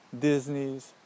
Disney's